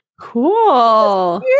Cool